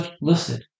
listed